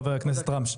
חבר הכנסת רם שפע.